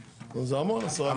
נו, זה המון 10 מטר.